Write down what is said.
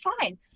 fine